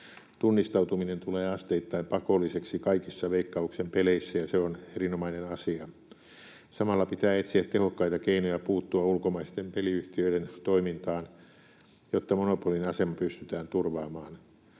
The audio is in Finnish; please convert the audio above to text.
Tunnistautuminen tulee asteittain pakolliseksi kaikissa Veikkauksen peleissä, ja se on erinomainen asia. Samalla pitää etsiä tehokkaita keinoja puuttua ulkomaisten peliyhtiöiden toimintaan, jotta monopolin asema pystytään turvaamaan.